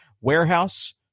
Warehouse